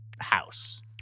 house